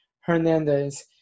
Hernandez